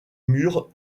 murs